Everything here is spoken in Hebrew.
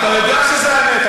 אתה יודע שזו האמת.